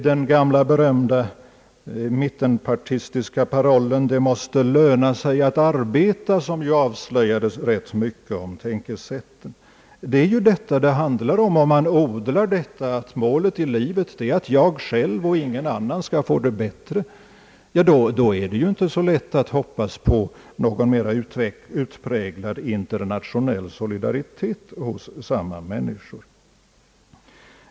Den gamla berömda mittenpartistiska parollen »Det måste löna sig att arbeta» avslöjade ju rätt mycket om tänkesätten; det är ju detta det handlar om, Om man har det målet här i livet att jag själv och ingen annan skall få det bättre, är det inte så lätt att hoppas på någon mera utpräglad internationell solidaritet hos samma människor.